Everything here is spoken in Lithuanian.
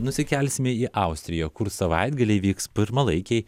nusikelsime į austriją kur savaitgalį vyks pirmalaikiai